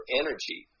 energy